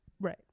Right